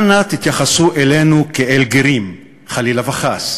אל נא תתייחסו אלינו כאל גרים, חלילה וחס,